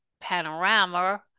panorama